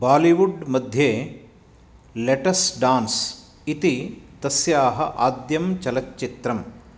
Bollywood मध्ये let's dance इति तस्याः आद्यं चलच्चित्रम्